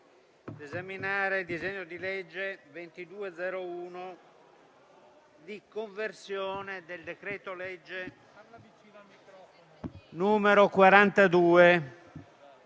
esaminare il disegno di legge n. 2201, di conversione del decreto-legge n. 42